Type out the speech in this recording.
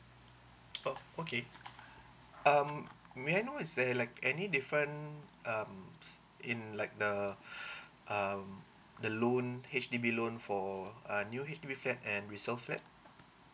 oh okay um may I know is there like any different um in terms in like uh um the loan H_D_B loan for a new H_D_B flat and resale flat